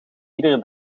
iedere